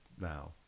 now